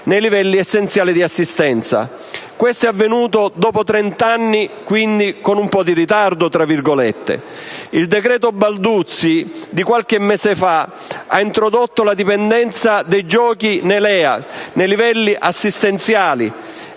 nei livelli essenziali di assistenza, cosa che è avvenuta dopo trent'anni, quindi «con un po' di ritardo». Il decreto Balduzzi di qualche mese fa ha introdotto la dipendenza dai giochi nei LEA, cioè nei livelli assistenziali,